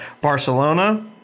Barcelona